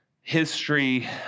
history